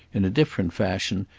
in a different fashion,